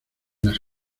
las